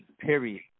period